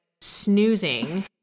snoozing